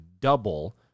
double